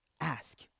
ask